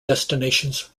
destinations